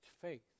faith